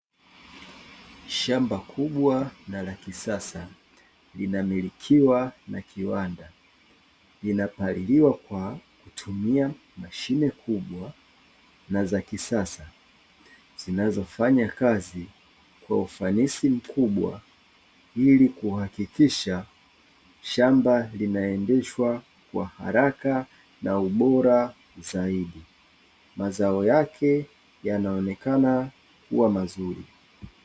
Shamba kubwa na la kisasa linamilikiwa na kiwanda linapaliliwa kwa kutumia mashine kubwa na za kisasa, zinazofanya kazi kwa ufanisi mkubwa ili kuhakikisha shamba linaendeshwa kwa haraka na ubora zaidi. Mazao yake yanaonekana kuwa mazuri.